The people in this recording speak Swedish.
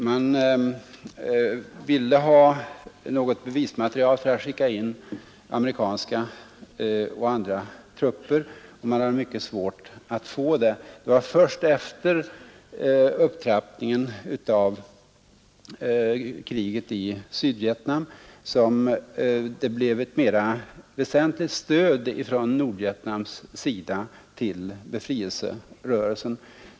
Man ville ha fram något bevismaterial som motivering för att skicka in amerikanska och andra trupper, men det var svårt att få fram det. Först efter upptrappningen av kriget i Sydvietnam blev det ett mera väsentligt stöd till befrielserörelsen från Nordvietnams sida.